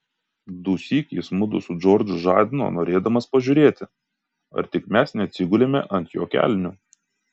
dusyk jis mudu su džordžu žadino norėdamas pažiūrėti ar tik mes neatsigulėme ant jo kelnių